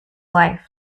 life